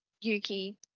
Yuki